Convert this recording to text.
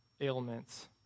ailments